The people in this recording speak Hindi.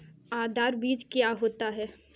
आधार बीज क्या होता है?